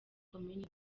komini